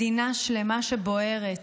מדינה שלמה שבוערת,